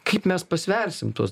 kaip mes pasversim tuos